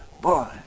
Boy